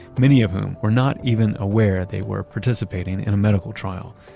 many of them were not even aware they were participating in a medical trial.